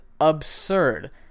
absurd